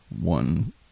one –